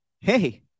hey